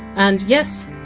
and yes,